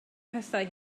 pethau